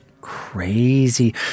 Crazy